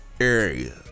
area